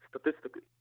statistically